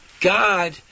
God